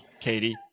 katie